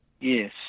Yes